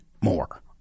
more